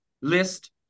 list